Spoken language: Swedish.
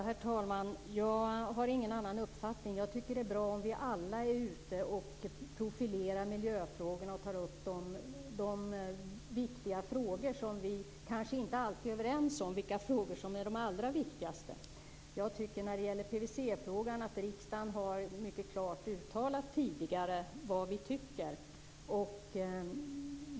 Herr talman! Jag har ingen annan uppfattning. Jag tycker att det är bra om vi alla är ute och profilerar miljöfrågorna och tar upp de viktiga frågorna. Vi kanske inte alltid är överens om vilka frågor som är de allra viktigaste. Jag tycker, när det gäller PVC frågan, att riksdagen tidigare mycket klart har uttalat vad man tycker.